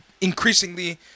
increasingly